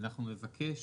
אנחנו נבקש